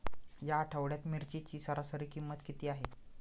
या आठवड्यात मिरचीची सरासरी किंमत किती आहे?